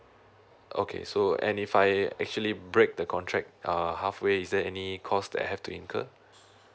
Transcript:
okay so and if I actually break the contract err halfway is there any cost that I have to incur